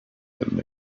had